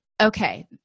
okay